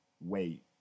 wait